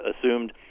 assumed